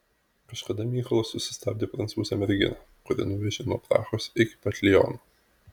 kažkada mykolas susistabdė prancūzę merginą kuri nuvežė nuo prahos iki pat liono